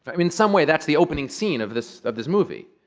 i mean some way, that's the opening scene of this of this movie.